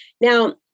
now